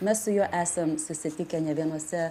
mes su juo esam susitikę nė vienuose